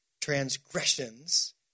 transgressions